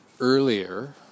earlier